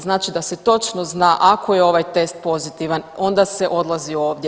Znači da se točno zna ako je ovaj test pozitivan onda se odlazi ovdje.